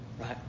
right